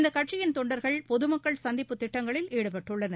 இந்த கட்சியின் தொண்டர்கள் பொதுமக்கள் சந்திப்பு திட்டங்களில் ஈடுபட்டுள்ளனர்